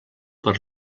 per